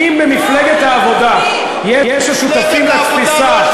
אם במפלגת העבודה יש שותפים לתפיסה,